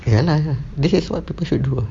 ya lah ya lah this is what people should do